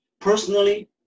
personally